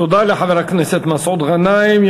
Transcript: תודה לחבר הכנסת מסעוד גנאים.